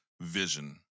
vision